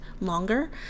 longer